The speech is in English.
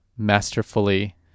masterfully